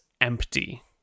empty